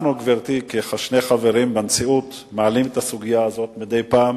גברתי, כשני חברים בנשיאות אנחנו מעלים מדי פעם